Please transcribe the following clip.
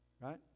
right